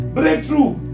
breakthrough